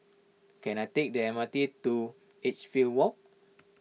can I take the M R T to Edgefield Walk